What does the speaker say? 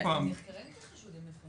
הם נחקרים כחשודים לפעמים.